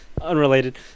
Unrelated